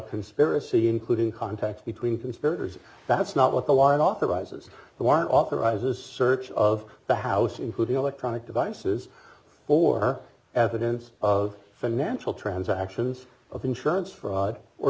conspiracy including contacts between conspirators that's not what the law authorizes the wire authorizes search of the house including electronic devices or evidence of financial transactions of insurance fraud or